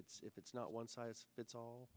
it's if it's not one size fits all